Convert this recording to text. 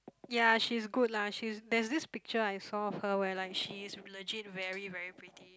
ya she's good lah she's there's this picture I saw of her where like she's legit very very pretty